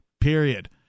period